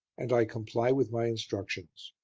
and i comply with my instructions.